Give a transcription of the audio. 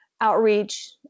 outreach